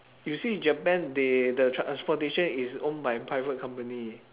you see japan they the transportation is own by private company